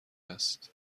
است